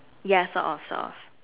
ya sort of sort of